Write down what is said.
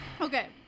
Okay